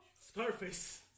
Scarface